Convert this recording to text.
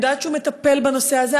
אני יודעת שהוא מטפל בנושא הזה,